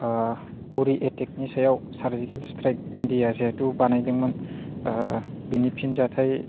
उरि एटेकनि सायाव सारजिकेल स्ट्राइक इन्डियाआ जिहेथु बानायदोंमोन बेनि फिनजाथाय